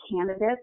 candidates